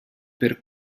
per